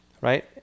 Right